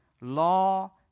law